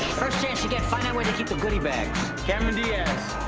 first chance you get, find out where they keep the goody bags. cameron diaz.